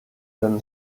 then